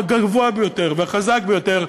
הגבוה ביותר והחזק ביותר,